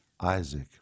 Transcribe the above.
Isaac